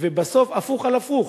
ובסוף הפוך על הפוך,